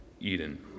Eden